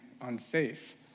unsafe